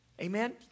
Amen